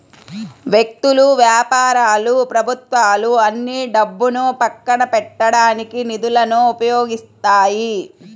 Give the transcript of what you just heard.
వ్యక్తులు, వ్యాపారాలు ప్రభుత్వాలు అన్నీ డబ్బును పక్కన పెట్టడానికి నిధులను ఉపయోగిస్తాయి